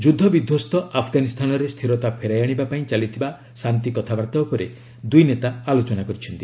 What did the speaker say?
ଯୁଦ୍ଧ ବିଧ୍ୱସ୍ତ ଆଫ୍ଗାନିସ୍ତାନରେ ସ୍ଥିରତା ଫେରାଇ ଆଣିବା ପାଇଁ ଚାଲିଥିବା ଶାନ୍ତି କଥାବାର୍ତ୍ତା ଉପରେ ଦୁଇ ନେତା ଆଲୋଚନା କରିଛନ୍ତି